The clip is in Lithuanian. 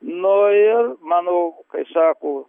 nu ir mano kai sako